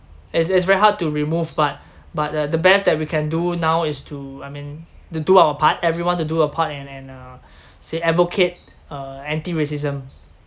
it's it's very hard to remove but but uh the best that we can do now is to I mean to do our part everyone to do a part and and uh say advocate uh anti racism